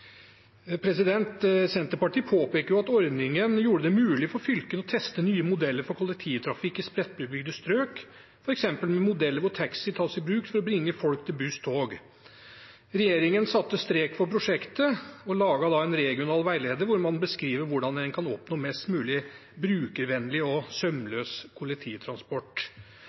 landet. Senterpartiet påpeker at ordningen gjorde det mulig for fylkene å teste nye modeller for kollektivtrafikk i spredtbygde strøk, f.eks. modeller hvor taxi tas i bruk for å bringe folk til buss/tog. Regjeringen satte strek for prosjektet og laget en regel og en veileder hvor man beskriver hvordan en kan oppnå mest mulig brukervennlig og sømløs kollektivtransport.